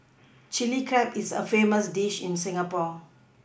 Chilli Crab is a famous dish in Singapore